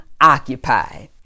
occupy